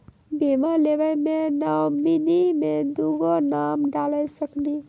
बीमा लेवे मे नॉमिनी मे दुगो नाम डाल सकनी?